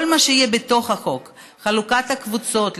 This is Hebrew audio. כל מה שיהיה בתוך החוק: חלוקת הקבוצות,